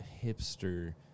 hipster